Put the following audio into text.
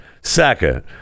Second